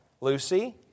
Lucy